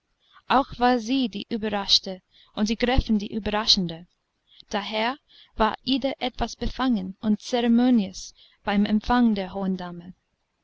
auch war sie die überraschte und die gräfin die überraschende daher war ida etwas befangen und zeremoniös beim empfang der hohen dame